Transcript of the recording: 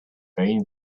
vain